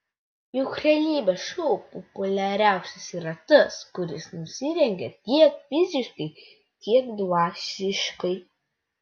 juk realybės šou populiariausias yra tas kuris nusirengia tiek fiziškai tiek dvasiškai